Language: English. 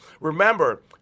Remember